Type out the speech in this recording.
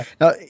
Now